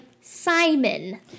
Simon